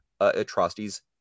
atrocities